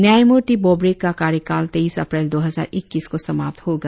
न्यायमूर्ति बोबड़े का कार्यकाल तेईस अप्रैल दो हजार ईक्कीस को समाप्त होगा